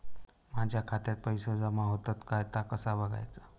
माझ्या खात्यात पैसो जमा होतत काय ता कसा बगायचा?